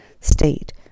state